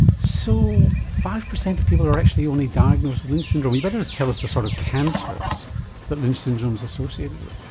so five percent of people are actually only diagnosed with lynch syndrome. you'd better tell us the sort of cancers that lynch syndrome's associated with.